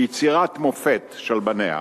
היא יצירת מופת של בניה